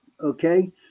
Okay